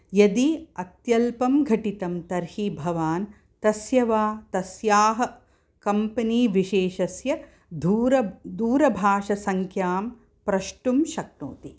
यदि अत्यल्पं घटितं तर्हि भवान् तस्य वा तस्याः कम्पनि विशेषस्य दूर दूरभाषसङ्ख्यां प्रष्टुं शक्नोति